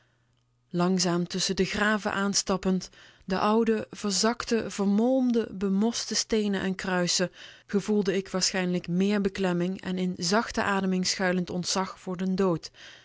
langzaam tusschen de graven aanstappend de ouwe verzakte vermolmde bemoste steenen en kruisen gevoelde ik waarschijnlijk meer beklemming en in zachte ademing schuilend ontzag voor den dood